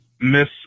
miss